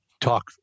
talk